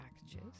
packages